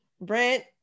Brent